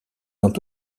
ont